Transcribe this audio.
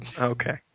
Okay